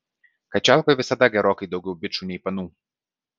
kačialkoj visada gerokai daugiau bičų nei panų